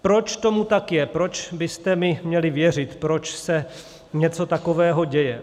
Proč tomu tak je, proč byste mi měli věřit, proč se něco takového děje?